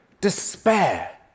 Despair